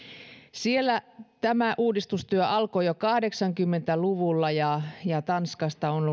siellä tämä uudistustyö alkoi jo kahdeksankymmentä luvulla ja ja tanskasta on